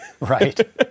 Right